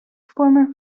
former